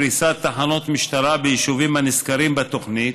פריסת תחנות משטרה ביישובים הנזכרים בתוכנית,